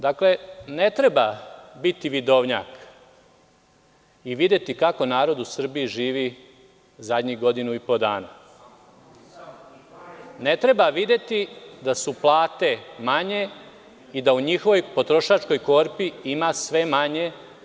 Dakle, ne treba biti vidovnjak i videti kako narod u Srbiji živi zadnjih godinu i po dana i videti da su plate manje i da u njihovoj potrošačkoj korpi ima sve manje.